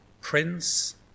Prince